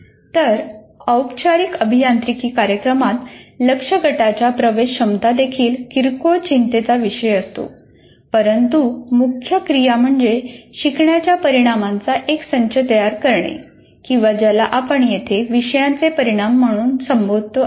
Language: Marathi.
तर औपचारिक अभियांत्रिकी कार्यक्रमात लक्ष्य गटाच्या प्रवेश क्षमता देखील किरकोळ चिंतेचा विषय असतो परंतु मुख्य क्रिया म्हणजे शिकण्याच्या परिणामांचा एक संच तयार करणे किंवा ज्याला आपण येथे विषयांचे परिणाम म्हणून संबोधत आहोत